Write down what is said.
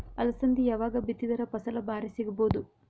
ಅಲಸಂದಿ ಯಾವಾಗ ಬಿತ್ತಿದರ ಫಸಲ ಭಾರಿ ಸಿಗಭೂದು?